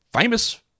famous